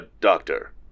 Doctor